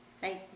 Say